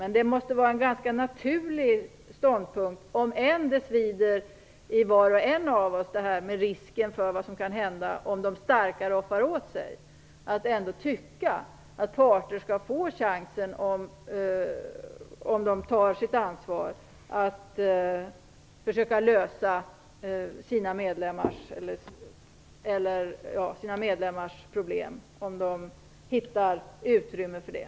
Men det måste ändå vara en ganska naturlig ståndpunkt - även om det svider i var och en av oss inför vad som riskerar att hända, om de starka roffar åt sig - att parter skall få chansen att på detta sätt försöka lösa sina medlemmars problem, om de tar sitt ansvar och om de hittar utrymme för det.